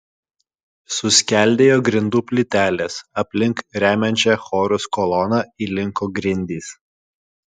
suskeldėjo grindų plytelės aplink remiančią chorus koloną įlinko grindys